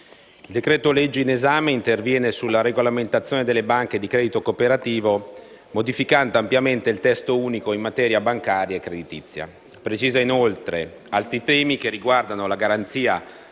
il decreto-legge in esame interviene sulla regolamentazione delle banche di credito cooperativo, modificando ampiamente il testo unico in materia bancaria e creditizia. Esso precisa inoltre altri temi, che riguardano la garanzia